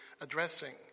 addressing